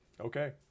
okay